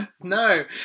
No